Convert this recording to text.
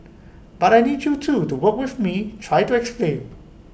but I need you too to work with me try to explain